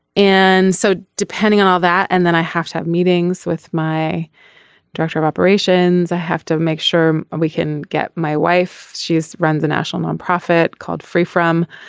and so depending on all that. and then i have to have meetings with my director of operations i have to make sure and we can get my wife she's run the national nonprofit called free from.